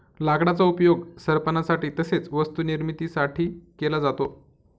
लाकडाचा उपयोग सरपणासाठी तसेच वस्तू निर्मिती साठी केला जातो